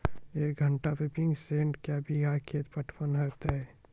एक घंटा pumping set क्या बीघा खेत पटवन है तो?